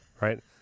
Right